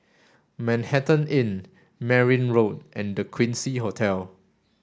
Manhattan Inn Merryn Road and The Quincy Hotel